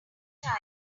time